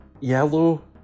yellow